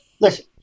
listen